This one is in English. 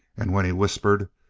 and when he whispered,